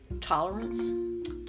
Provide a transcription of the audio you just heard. tolerance